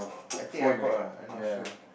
I think I got lah I not sure